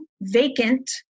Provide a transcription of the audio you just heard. vacant